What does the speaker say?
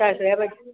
तायकिळ्या भाजी